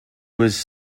was